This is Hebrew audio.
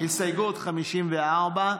הסתייגות מס' 53,